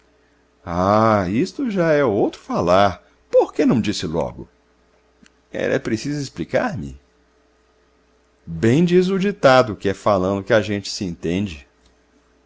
ah isto já é outro falar por que não disse logo era preciso explicar-me bem diz o ditado que é falando que a gente se entende